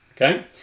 Okay